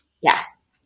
Yes